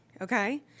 okay